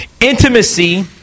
intimacy